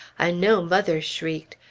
i know mother shrieked,